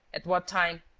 at what time?